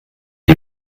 die